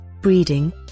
breeding